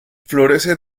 florece